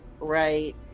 right